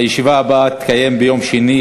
הישיבה הבאה תתקיים ביום שני,